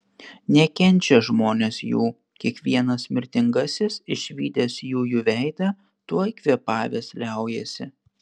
nekenčia žmonės jų kiekvienas mirtingasis išvydęs jųjų veidą tuoj kvėpavęs liaujasi